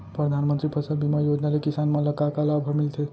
परधानमंतरी फसल बीमा योजना ले किसान मन ला का का लाभ ह मिलथे?